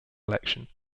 election